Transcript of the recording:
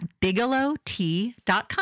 BigelowTea.com